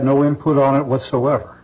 no input on it whatsoever